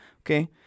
Okay